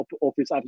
office